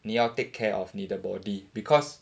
你要 take care of 你的 body because